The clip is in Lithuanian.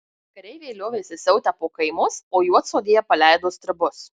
kareiviai liovėsi siautę po kaimus o juodsodėje paleido stribus